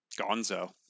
gonzo